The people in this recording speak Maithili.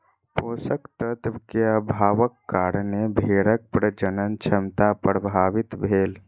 पोषक तत्व के अभावक कारणें भेड़क प्रजनन क्षमता प्रभावित भेल